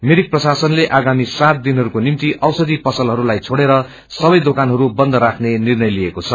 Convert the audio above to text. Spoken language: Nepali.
मिरिक प्रशासनले आगामी सात दिनहरूको निम्ति औषषी पसलहरूलाई छोड़ेर सबै दोकानहरू बन्द राख्ने निर्णय लिएको छ